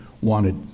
wanted